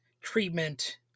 treatment